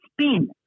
spin